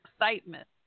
excitement